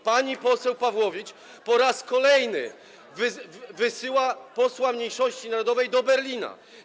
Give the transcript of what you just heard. Pani poseł Pawłowicz po raz kolejny wysyła posła mniejszości narodowej do Berlina.